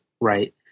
right